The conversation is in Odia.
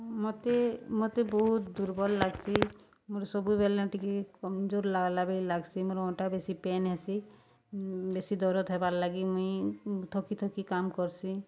ମତେ ମତେ ବହୁତ୍ ଦୁର୍ବଲ୍ ଲାଗ୍ସି ମୋର୍ ସବୁବେଲେ ଟିକେ କମ୍ଜୋର୍ ଲାଗ୍ଲା ବାଗିର୍ ଲାଗ୍ସି ମୋର୍ ଅଣ୍ଟା ବେଶୀ ପେନ୍ ହେସି ବେଶୀ ଦରଦ୍ ହେବାର୍ ଲାଗି ମୁଇଁ ଥକି ଥକି କାମ୍ କର୍ସିଁ